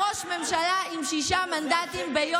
50 מיליארד, 50 מיליארד.